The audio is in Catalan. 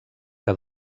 que